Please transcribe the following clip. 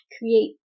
create